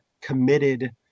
committed